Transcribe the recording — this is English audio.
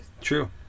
True